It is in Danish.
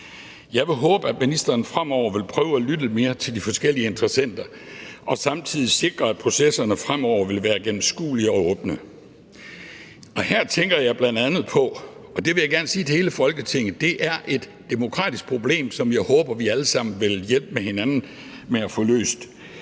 Jeg vil håbe, at ministeren fremover vil prøve at lytte mere til de forskellige interessenter og samtidig sikre, at processerne fremover vil være gennemskuelige og åbne. Her tænker jeg blandt andet på – og det vil jeg gerne sige til hele Folketinget – et demokratisk problem, som jeg håber vi allesammen vil hjælpe hinanden med at få løst: